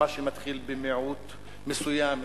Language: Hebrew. מה שמתחיל ממיעוט מסוים,